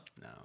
No